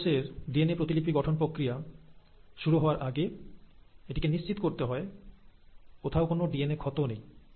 একটি কোষের ডিএনএ প্রতিলিপি গঠন প্রক্রিয়া শুরু হওয়ার আগে এটিকে নিশ্চিত করতে হয় কোথাও কোনো ডিএনএ ক্ষত নেই